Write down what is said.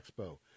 Expo